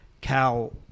Cal